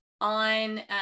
on